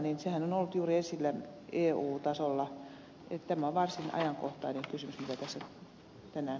tämä perimysasemahan on ollut juuri esillä eu tasolla